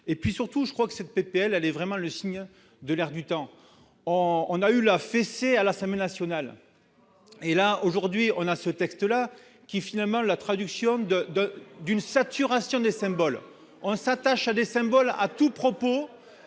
et puis surtout, je crois que cette PPL elle vraiment le signe de l'air du temps, on en a eu la fessée à la semaine nationale et là aujourd'hui on a ce texte-là qui, finalement, la traduction de d'une saturation des symboles, on s'attache à des symboles à tout propos